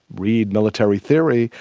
read military theory,